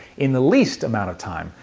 in the least amount of time.